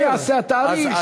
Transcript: אני לא מבין מה יעשה התאריך,